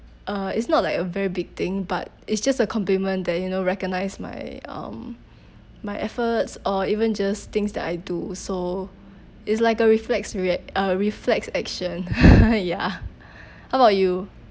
uh it's not like a very big thing but it's just a compliment that you know recognise my um my efforts or even just things that I do so it's like a reflex react~ a reflex action ya how about you